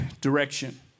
direction